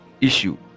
issue